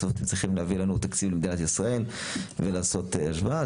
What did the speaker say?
בסוף אתם צריכים להביא לנו תקציב למדינת ישראל ולעשות השוואה,